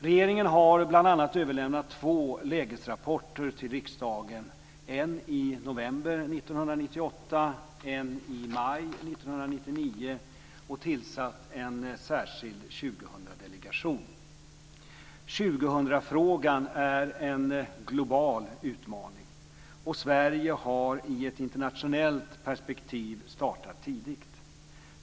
Regeringen har bl.a. överlämnat två lägesrapporter till riksdagen, en i november 1998 och en i maj 1999, och tillsatt en särskild 2000-delegation. 2000-frågan är en global utmaning. Sverige har i ett internationellt perspektiv startat tidigt.